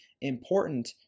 important